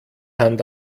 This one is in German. hand